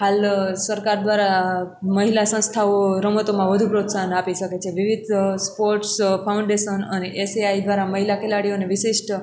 હાલ સરકાર દ્વારા મહિલા સંસ્થાઓ રમતોમાં વધુ પ્રોત્સાહન આપી શકે છે વિવિધ સ્પોર્ટ્સ ફાઉન્ડેશન અને એસ એ આઈ દ્વારા મહિલા ખેલાડીઓને વિશિષ્ઠ